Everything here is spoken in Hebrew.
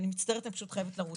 אני מצטערת, אני פשוט חייבת לרוץ.